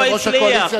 יושב-ראש הקואליציה,